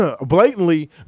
blatantly